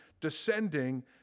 descending